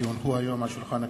כי הונחו היום על שולחן הכנסת,